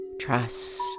trust